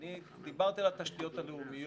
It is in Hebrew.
אני דיברתי על התשתיות הלאומיות.